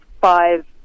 five